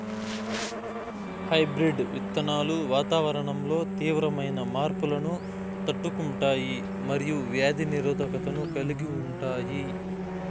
hybrid విత్తనాలు వాతావరణంలో తీవ్రమైన మార్పులను తట్టుకుంటాయి మరియు వ్యాధి నిరోధకతను కలిగి ఉంటాయి